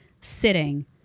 sitting